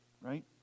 right